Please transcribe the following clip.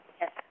Yes